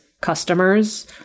customers